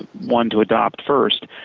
one to adopt first.